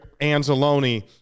Anzalone